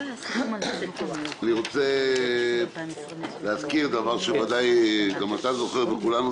אני רוצה להזכיר דבר שוודאי אנחנו זוכרים וכולנו